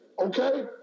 Okay